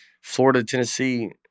Florida-Tennessee